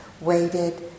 waited